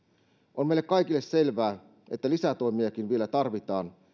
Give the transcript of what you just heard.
on meille kaikille selvää että lisätoimiakin vielä tarvitaan